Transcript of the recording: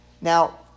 Now